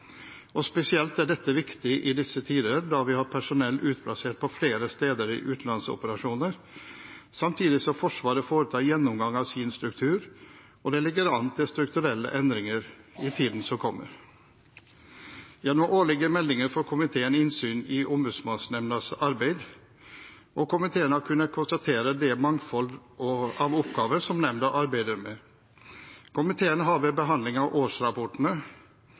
og spesielt er dette viktig i disse tider da vi har personell utplassert på flere steder i utenlandsoperasjoner, samtidig som Forsvaret foretar gjennomgang av sin struktur, og det ligger an til strukturelle endringer i tiden som kommer. Gjennom årlige meldinger får komiteen innsyn i Ombudsmannsnemndas arbeid, og komiteen har kunnet konstatere det mangfold av oppgaver som nemnda arbeider med. Komiteen har ved behandling av årsrapportene